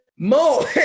more